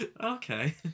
Okay